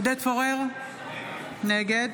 עודד פורר, נגד